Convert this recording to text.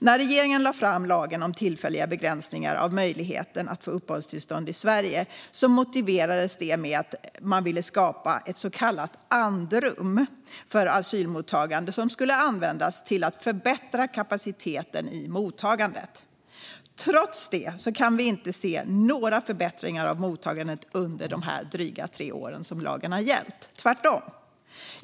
När regeringen lade fram lagen om tillfälliga begränsningar av möjligheten att få uppehållstillstånd i Sverige motiverades det med att man ville skapa ett så kallat andrum för asylmottagandet, som skulle användas till att förbättra kapaciteten i mottagandet. Trots det har vi inte kunnat se några förbättringar av mottagandet under de dryga tre år som lagen har gällt - tvärtom.